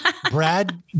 Brad